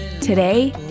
today